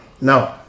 no